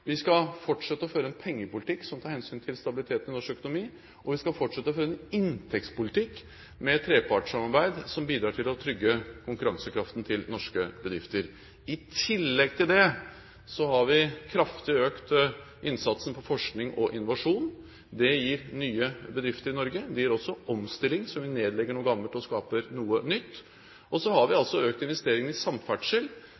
Vi skal fortsette å føre en pengepolitikk som tar hensyn til stabiliteten i norsk økonomi, og vi skal fortsette å føre en inntektspolitikk med et trepartssamarbeid som bidrar til å trygge konkurransekraften til norske bedrifter. I tillegg til det har vi økt innsatsen kraftig på forskning og innovasjon. Det gir nye bedrifter i Norge, og det gir også omstilling, idet vi nedlegger noe gammelt og skaper noe nytt. Vi har